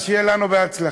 אז שיהיה לנו בהצלחה.